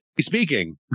speaking